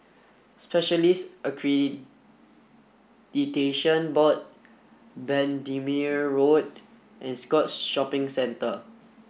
Specialist Accreditation Board Bendemeer Road and Scotts Shopping Centre